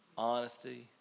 Honesty